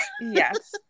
Yes